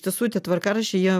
iš tiesų tie tvarkaraščiai jie